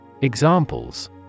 Examples